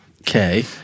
Okay